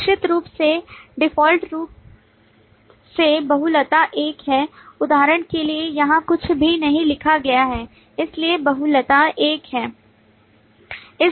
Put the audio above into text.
निश्चित रूप से डिफ़ॉल्ट रूप से बहुलता एक है उदाहरण के लिए यहां कुछ भी नहीं लिखा गया है इसलिए बहुलता एक है